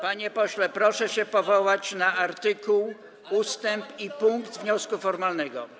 Panie pośle, proszę się powołać na artykuł, ustęp i punkt dotyczący wniosku formalnego.